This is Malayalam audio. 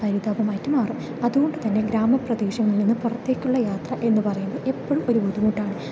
പരിതാപമായിട്ട് മാറും അതുകൊണ്ട് തന്നെ ഗ്രാമപ്രദേശങ്ങളിൽ നിന്ന് പുറത്തേയ്ക്കുള്ള യാത്ര എന്ന് പറയുന്നത് എപ്പോഴും ഒരു ബുദ്ധിമുട്ടാണ്